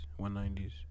190s